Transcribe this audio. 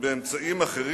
לאפשר